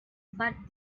but